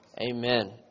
amen